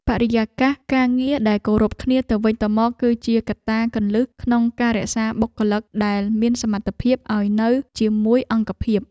បរិយាកាសការងារដែលគោរពគ្នាទៅវិញទៅមក គឺជាកត្តាគន្លឹះក្នុងការរក្សាបុគ្គលិកដែលមានសមត្ថភាពឱ្យនៅជាមួយអង្គភាព។